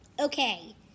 Okay